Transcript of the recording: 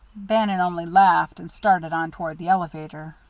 bannon only laughed and started on toward the elevator.